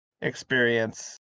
experience